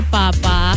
papa